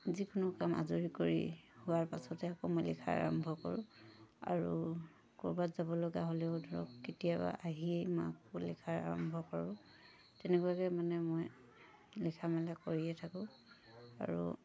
যিকোনো কাম আজৰি কৰি হোৱাৰ পাছতহে আকৌ মই লিখা আৰম্ভ কৰোঁ আৰু ক'ৰবাত যাব লগা হ'লেও ধৰক কেতিয়াবা আহিয়ে মই আকৌ লিখা আৰম্ভ কৰোঁ তেনেকুৱাকৈ মানে মই লিখা মেলা কৰিয়ে থাকোঁ আৰু